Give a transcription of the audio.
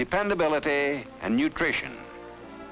dependability and nutrition